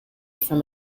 from